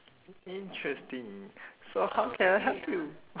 interesting so how can I help you